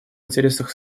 интересах